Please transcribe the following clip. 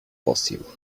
possible